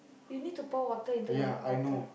you need to pour water into the mug bottle